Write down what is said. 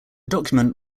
document